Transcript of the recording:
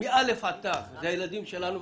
אלה הילדים שלנו.